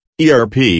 ERP